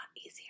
easier